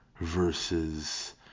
versus